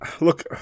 Look